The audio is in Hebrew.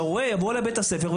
שהורה יבוא לבית-הספר,